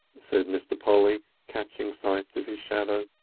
said mr. polly catching sight of his shadow,